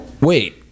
wait